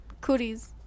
Cooties